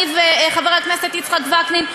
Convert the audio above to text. אני וחבר הכנסת יצחק וקנין,